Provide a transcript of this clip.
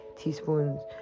teaspoons